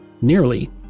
nearly